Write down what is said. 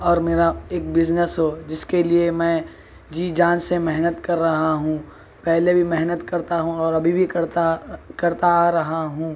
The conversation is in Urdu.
اور میرا ایک بزنیس ہو جس کے لیے میں جی جان سے محنت کر رہا ہوں پہلے بھی محنت کرتا ہوں اور ابھی بھی کرتا کرتا آ رہا ہوں